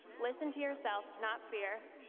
listen to yourself not fear,